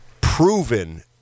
proven